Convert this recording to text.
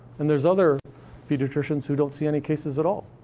and there's other pediatricians who don't see any cases at all.